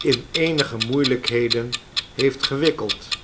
in eenige moeielijkheden heeft gewikkeld